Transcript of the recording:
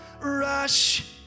Rush